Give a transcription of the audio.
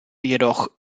jedoch